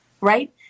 right